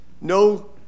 no